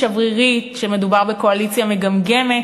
שהיא שברירית, שמדובר בקואליציה מגמגמת.